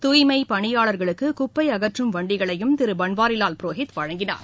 தூய்மை பணியாளர்களுக்கு குப்பை அகற்றும் வண்டிகளையும் திரு பன்வாரிலால் புரோஹித் வழங்கினார்